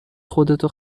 خودتو